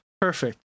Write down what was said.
perfect